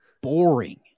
boring